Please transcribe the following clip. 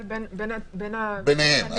- ביניהם.